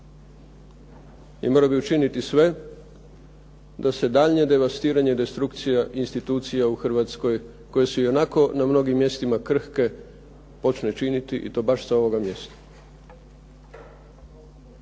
I morao bi učiniti sve da se daljnje devastiranje i destrukcija institucija u Hrvatskoj, koje su ionako na mnogim mjestima krhke počne činiti i to baš s ovoga mjesta.